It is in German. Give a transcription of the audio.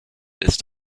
ist